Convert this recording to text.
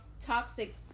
toxic